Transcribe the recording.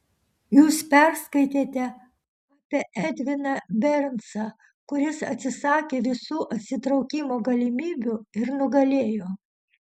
jūs perskaitėte apie edviną bernsą kuris atsisakė visų atsitraukimo galimybių ir nugalėjo